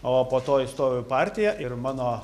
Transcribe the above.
o po to įstojau į partiją ir mano